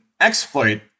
exploit